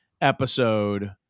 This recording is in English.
episode